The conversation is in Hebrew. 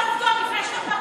תדע את העובדות לפני שאתה מדבר.